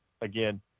again